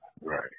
Right